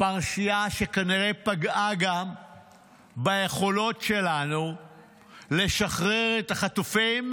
פרשייה שכנראה פגעה גם ביכולות שלנו לשחרר את החטופים,